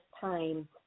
time